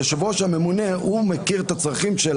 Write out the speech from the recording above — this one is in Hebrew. היושב-ראש הממונה הוא מכיר את הצרכים של